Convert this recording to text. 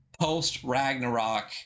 post-Ragnarok